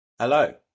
Hello